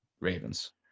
Ravens